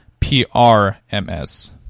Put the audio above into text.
PRMS